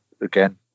Again